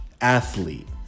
athlete